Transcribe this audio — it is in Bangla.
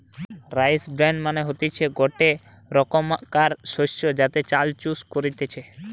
রাইস ব্রেন মানে হতিছে গটে রোকমকার শস্য যাতে চাল চুষ কলতিছে